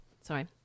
sorry